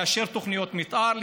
לאשר תוכניות מתאר,